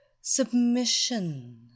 Submission